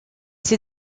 ces